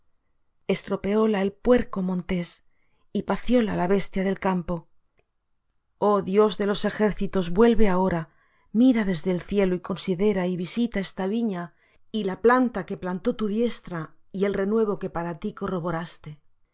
camino estropeóla el puerco montés y pacióla la bestia del campo oh dios de los ejércitos vuelve ahora mira desde el cielo y considera y visita esta viña y la planta que plantó tu diestra y el renuevo que para ti corroboraste